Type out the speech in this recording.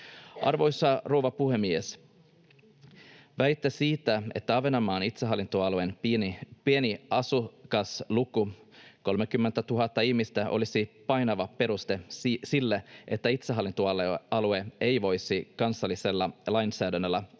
Arvoisa rouva puhemies! Väite siitä, että Ahvenanmaan itsehallintoalueen pieni asukasluku, 30 000 ihmistä, olisi painava peruste sille, että itsehallintoalue ei voisi kansallisella lainsäädännöllä